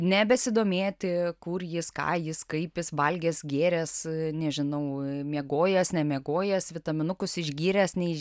nebesidomėt kur jis ką jis kaip jis valgęs gėręs nežinau miegojęs nemiegojęs vitaminukus išgėręs